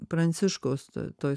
pranciškaus tu tuoj